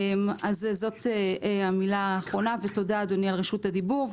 תודה, אדוני, על רשות הדיבור.